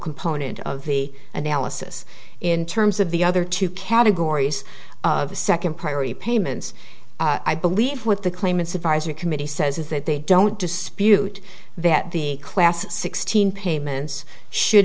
component of the analysis in terms of the other two categories the second priority payments i believe with the claimants advisory committee says that they don't dispute that the class sixteen payments should